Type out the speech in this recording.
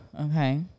okay